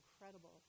incredible